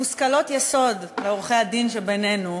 מושכלות יסוד, עורכי-הדין שבינינו,